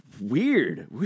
weird